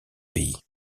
pays